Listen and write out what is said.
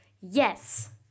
Yes